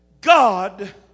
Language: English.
God